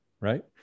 Right